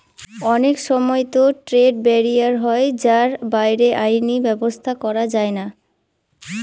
অনেক সময়তো trade barrier হয় যার বাইরে আইনি ব্যাবস্থা করা যায়না